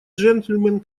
джентльмен